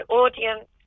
audience